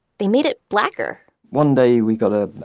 they made it blacker one day we got ah